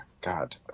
God